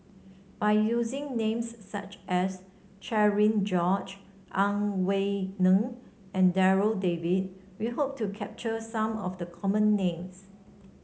by using names such as Cherian George Ang Wei Neng and Darryl David we hope to capture some of the common names